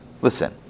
Listen